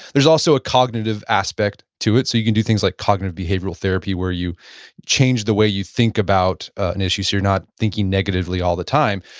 there's also a cognitive aspect to it. so, you can do things like cognitive behavioral therapy, where you change the way you think about an issues, so you're not thinking negatively all the time.